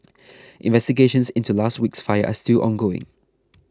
investigations into last week's fire are still ongoing